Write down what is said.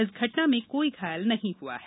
इस घटना में कोई घायल नहीं हुआ है